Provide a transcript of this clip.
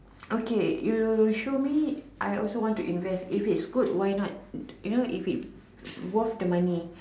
okay you show me I also want to invest if it's good why not you know if it's worth the money